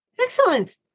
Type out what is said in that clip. Excellent